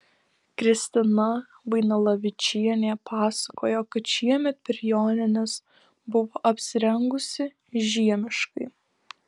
kristina vainalavičienė pasakojo kad šiemet per jonines buvo apsirengusi žiemiškai